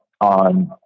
on